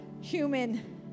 human